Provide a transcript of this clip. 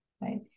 Right